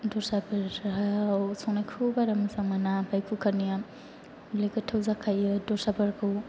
दस्राफोराव संनायखौ बारा मोजां मोना ओमफ्राय कुकार निया हले गोथाव जाखायो दस्राफोरखौ